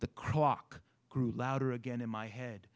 the clock grew louder again in my head